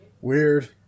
Weird